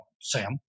Sam